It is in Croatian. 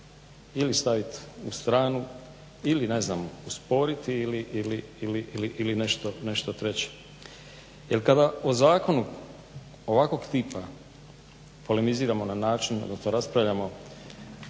ili stavit u stranu ili ne zna usporiti ili nešto treće. Jer kada o zakonu ovakvog tipa polemiziramo na način, odnosno raspravljamo